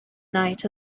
night